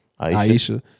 Aisha